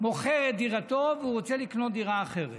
מוכר את דירתו והוא רוצה לקנות דירה אחרת.